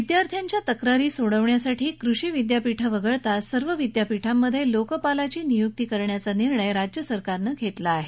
विद्यार्थ्यांच्या तक्रारी सोडवण्यासाठी कृषी विद्यापीठं वगळता सर्व विद्यापीठांमध्ये लोकपालाची नियुक्ती करण्याचा निर्णय राज्य सरकारनं घेतला आहे